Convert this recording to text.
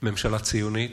ממשלה ציונית.